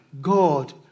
God